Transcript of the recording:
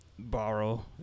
Borrow